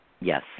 Yes